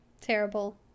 Terrible